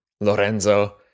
Lorenzo